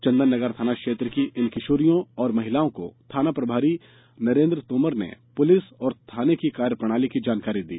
चंदन नगर थाना क्षेत्र की इन किशोरियों और महिलाओं को थाना प्रभारी नरेन्द्र तोमर ने पूलिस और थाने की कार्यप्रणाली की जानकारी दी